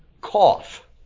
Cough